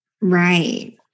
Right